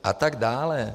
A tak dále.